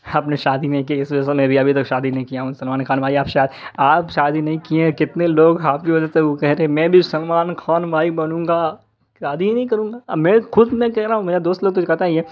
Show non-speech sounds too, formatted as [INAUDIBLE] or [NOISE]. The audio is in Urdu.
آپ نے شادی نہیں کی اس وجہ سے میں بھی ابھی تک شادی نہیں کیا ہوں سلمان خان بھائی آپ آپ شادی نہیں کیے ہیں اتنے لوگ آپ کی وجہ سے [UNINTELLIGIBLE] کہہ رہے ہیں میں بھی سلمان خان بھائی بنوں گا شادی ہی نہیں کروں گا اب میرے خود میں کہہ رہا ہوں میرا دوست لوگ تو یہ کہتا ہی ہے